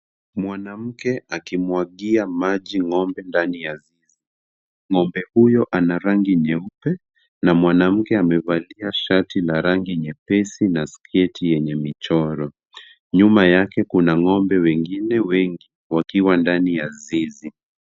Mwanamke akimwagia maji ng'ombe ndani ya zizi. Ng'ombe huyo ana rangi nyeupe na mwanamke amevalia shati la rangi nyepesi na sketi yenye michoro. Nyuma yake kuna ng'ombe wengine wengi wakiwa ndani ya zizi.